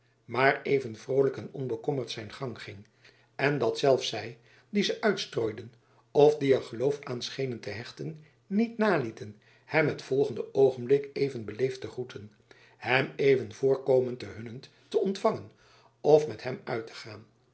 maar even vrolijk en onbekommerd zijn gang ging en dat zelfs zy die ze uitstrooiden of die er geloof aan schenen te hechten niet nalieten hem het volgende oogenjacob van lennep elizabeth musch blik even beleefd te groeten hem even voorkomend ten hunnent te ontvangen of met hem uit te gaan